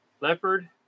leopard